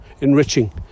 enriching